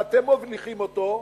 שאתם מניחים אותו,